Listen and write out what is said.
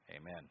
Amen